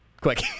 quick